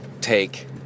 take